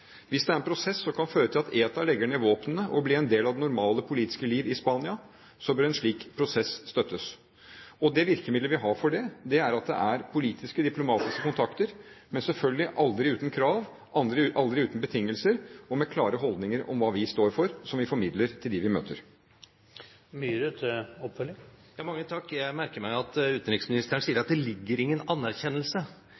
Hvis det er en prosess som kan føre til at ETA legger ned våpnene og blir en del av det normale politiske liv i Spania, så bør en slik prosess støttes. Det virkemidlet vi har for det, er politiske, diplomatiske kontakter, men selvfølgelig aldri uten krav, aldri uten betingelser og med klare holdninger om hva vi står for, som vi formidler til dem vi møter. Jeg merker meg at utenriksministeren sier